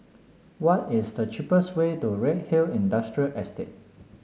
what is the cheapest way to Redhill Industrial Estate